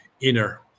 inner